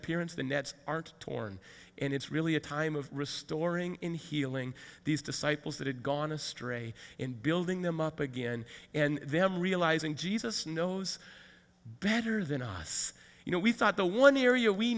appearance the nets aren't torn and it's really a time of restoring in healing these disciples that had gone astray and building them up again and then realizing jesus knows better than us you know we thought the one area we